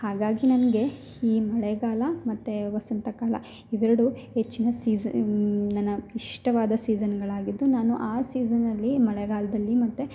ಹಾಗಾಗಿ ನನಗೆ ಈ ಮಳೆಗಾಲ ಮತ್ತು ವಸಂತಕಾಲ ಇವೆರಡೂ ಹೆಚ್ಚಿನ ಸೀಝನ್ ನನ್ನ ಇಷ್ಟವಾದ ಸೀಝನ್ಗಳಾಗಿದ್ದು ನಾನು ಆ ಸೀಝನಲ್ಲಿ ಮಳೆಗಾಲದಲ್ಲಿ ಮತ್ತೆ